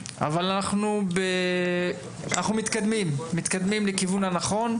אבל אנחנו מתקדמים לכיוון הנכון.